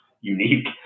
unique